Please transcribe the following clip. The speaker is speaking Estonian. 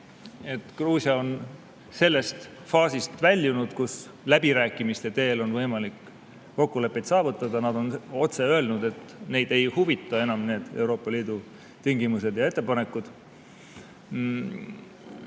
et Gruusia on sellest faasist väljunud, kus läbirääkimiste teel on võimalik kokkuleppeid saavutada. Nad on otse öelnud, et neid ei huvita enam Euroopa Liidu tingimused ja ettepanekud.